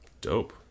Dope